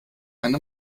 eine